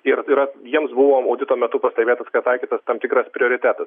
ir tai yra jiems buvo audito metu pastebėtas kad taikytas tam tikras prioritetas